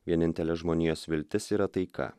vienintelė žmonijos viltis yra taika